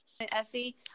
essie